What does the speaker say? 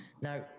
Now